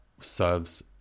serves